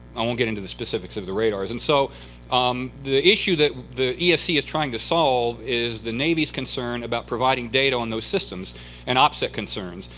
i won't get into the specifics of the radars. and so um the issue that the yeah esc is trying to solve is the navy is concerned about providing data on those systems and op sec concerns.